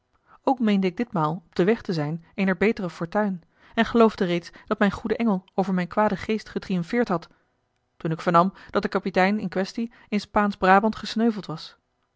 ook meende ik ditmaal op den weg te zijn eener betere fortuin en geloofde reeds dat mijn goede engel over mijn kwaden geest getriumfeerd had toen ik vernam dat de kapitein in quaestie in spaansch braband gesneuveld was